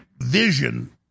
vision